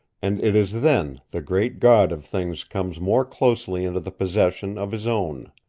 and it is then the great god of things comes more closely into the possession of his own.